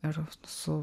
ir su